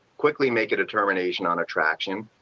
quickly make a determination on attraction.